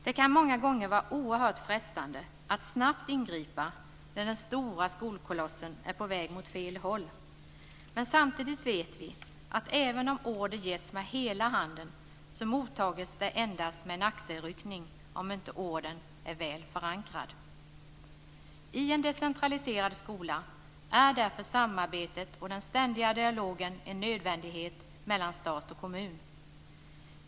Det kan många gånger vara oerhört frestande att snabbt ingripa när den stora skolkolossen är på väg mot fel håll. Samtidigt vet vi att även om order ges med hela handen mottas den endast med en axelryckning om inte ordern är väl förankrad. I en decentraliserad skola är därför samarbetet och den ständiga dialogen en nödvändighet mellan stat och kommun.